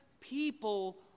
People